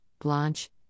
Blanche